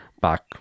back